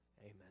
Amen